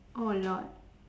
oh lord